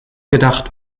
gedacht